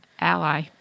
ally